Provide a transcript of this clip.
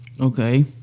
Okay